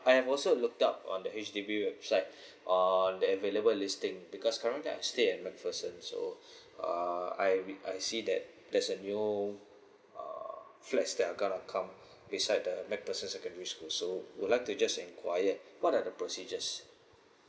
I've also looked up on the H_D_B website uh on the available listing because currently I stay at macpherson so uh I I see that there's a new uh flats that are gonna come beside the macpherson secondary school so I would like to just enquire what are the procedures